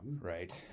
Right